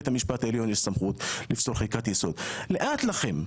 המשפט העליון יש סמכות לפסול חקיקת יסוד לאט לכם,